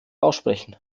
aussprechen